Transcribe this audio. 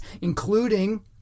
including